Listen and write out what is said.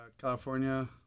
California